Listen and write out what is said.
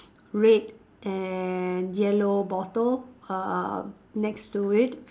red and yellow bottle uh next to it